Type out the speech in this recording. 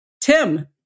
Tim